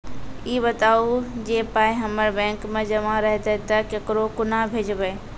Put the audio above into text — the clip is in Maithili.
ई बताऊ जे पाय हमर बैंक मे जमा रहतै तऽ ककरो कूना भेजबै?